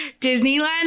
Disneyland